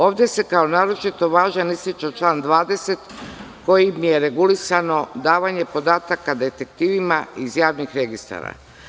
Ovde se kao naročito važan ističe član 20. kojim je regulisano davanje podataka detektivima iz javnih registara.